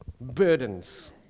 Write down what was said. burdens